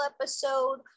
episode